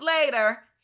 later